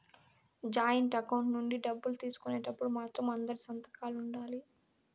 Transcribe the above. joint account నుంచి డబ్బులు తీసుకునేటప్పుడు మాత్రం అందరి సంతకాలు ఉండాలి